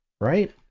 right